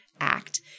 Act